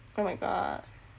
oh my god